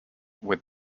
with